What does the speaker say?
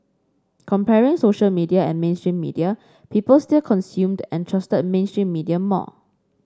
comparing social media and mainstream media people still consumed and trusted mainstream media more